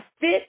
fit